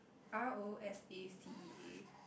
r_o_s_a_c_e_a